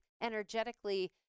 energetically